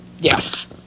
Yes